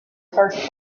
first